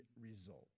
result